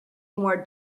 more